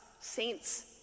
saints